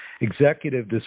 executive